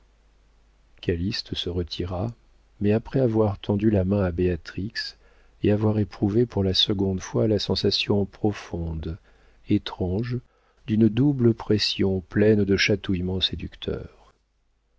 calyste se retira mais après avoir tendu la main à béatrix et avoir éprouvé pour la seconde fois la sensation profonde étrange d'une double pression pleine de chatouillements séducteurs